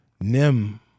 Nim